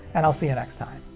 and i'll see you next time!